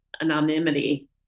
anonymity